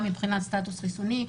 גם מבחינת סטטוס חיסוני,